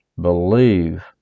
believe